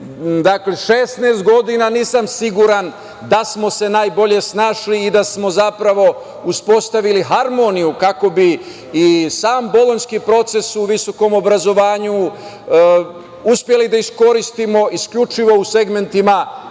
16 godina, nisam siguran da smo se najbolje snašli i da smo zapravo uspostavili harmoniju, kako bi i sam Bolonjski proces u visokom obrazovanju uspeli da iskoristimo isključivo u segmentima